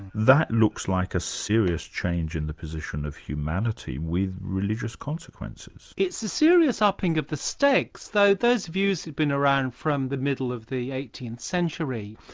that looks like a serious change in the position of humanity with religious consequences. it's a serious upping of the stakes, though those views have been around from the middle of the eighteenth century.